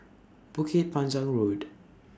Bukit Panjang Road